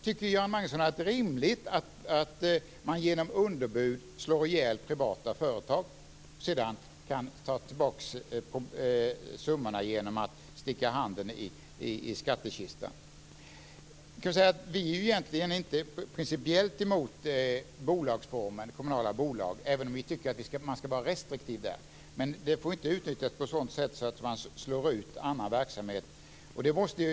Tycker Göran Magnusson att det är rimligt att genom underbud slå ihjäl privata företag och sedan få tillbaka summorna genom att sticka handen i skattekistan? Vi är egentligen inte principiellt emot den kommunala bolagsformen, även om vi tycker att man ska vara restriktiv. Men den får inte utnyttjas på ett sådant sätt att annan verksamhet slås ut.